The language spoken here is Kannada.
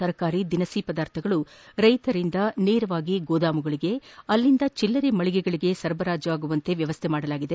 ತರಕಾರಿ ದಿನಸಿ ಪದಾರ್ಥಗಳು ರೈತರಿಂದ ಗೋದಾಮುಗಳಗೆ ಅಲ್ಲಿಂದ ಚಲ್ಲರೆ ಮಳಿಗೆಗಳಗೆ ಸರಬರಾಜಾಗುವಂತೆ ವ್ಯವಸ್ಥೆ ಮಾಡಲಾಗಿದೆ